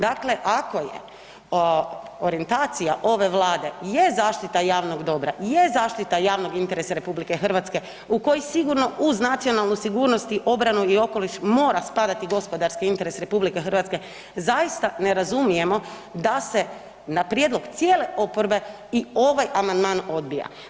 Dakle, ako je orijentacija ove Vlade je zaštita javnog dobra, je zaštita javnog interesa RH u koji sigurno, uz nacionalnu sigurnost i obranu i okoliš mora spadati gospodarski interes RH, zaista ne razumijemo da se na prijedlog cijele oporbe i ovaj amandman odbija.